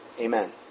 Amen